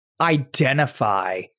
identify